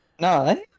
No